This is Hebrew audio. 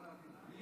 אני?